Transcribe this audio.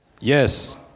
Yes